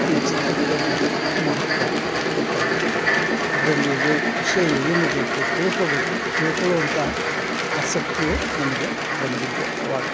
ಈ ಚಿತ್ರಕಲೆಯ ಬಗ್ಗೆ ಮಹತ್ವ ಗೊತ್ತಾಗಿದ್ದು ಇದ್ರಲ್ಲಿರೋ ವಿಷಯ ಏನಿದೆ ಅಂತ ತಿಳ್ಕೋಬೇಕು ತಿಳ್ಕೊಳ್ಳುವಂಥ ಆಸಕ್ತಿಯು ನಮಗೆ ಬಂದಿದ್ದು ಅವಾಗ